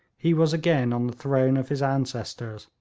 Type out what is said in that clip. he was again on the throne of his ancestors,